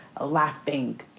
laughing